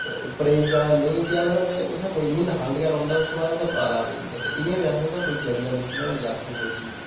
ते उप्परै गी नेईं गेआ पर कोई म्हीना खंड गै रेही सकदा उसदे बाद उत्थै पाला पेई जंदा इं'या बा आखदे उत्थें कोई जड़ी बूटियां होंदिया अक्खीं सुज्जी जंदियां